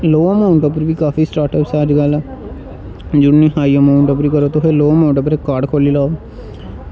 लोह् अमाऊंट उप्पर बी काफी स्टार्टअपस ऐ अजकल एह् निं ऐ हाई अमाऊंट उप्पर करो तुस लोह् अमाऊंट उप्पर काड खोह्ल्ली लैओ